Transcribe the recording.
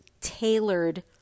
tailored